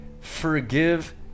forgive